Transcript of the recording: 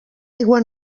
aigua